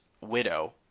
widow